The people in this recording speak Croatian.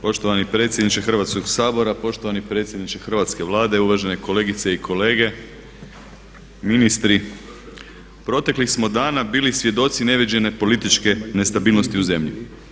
Poštovani predsjedniče Hrvatskog sabora, poštovani predsjedniče Hrvatske vlade, uvažene kolegice i kolege, ministri proteklih smo dana bili svjedoci neviđene političke nestabilnosti u zemlji.